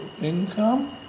income